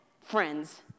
friends